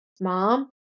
mom